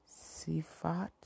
Sifat